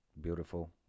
Beautiful